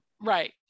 Right